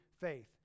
faith